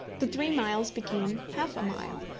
the three miles became half a mile,